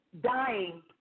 dying